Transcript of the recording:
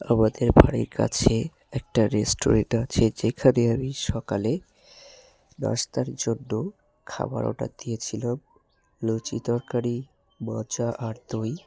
আমাদের বাড়ির কাছে একটা রেস্টুরেন্ট আছে যেখানে আমি সকালে নাস্তার জন্য খাবার অর্ডার দিয়েছিলাম লুচি তরকারি মাচা আর দই